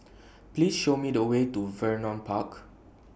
Please Show Me The Way to Vernon Park